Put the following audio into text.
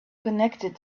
connected